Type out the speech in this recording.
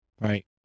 Right